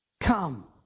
come